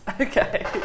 Okay